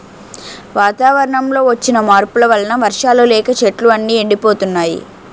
వాతావరణంలో వచ్చిన మార్పుల వలన వర్షాలు లేక చెట్లు అన్నీ ఎండిపోతున్నాయి